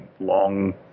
long